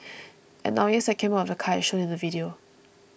and now yes I came out of the car as shown on the video